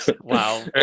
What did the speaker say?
wow